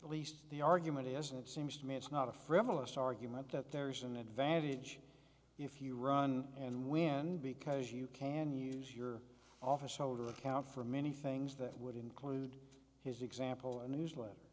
at least the argument isn't it seems to me it's not a frivolous argument that there is an advantage if you run and win because you can use your office holder account for many things that would include his example a news